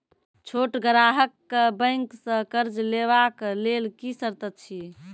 छोट ग्राहक कअ बैंक सऽ कर्ज लेवाक लेल की सर्त अछि?